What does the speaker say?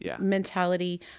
mentality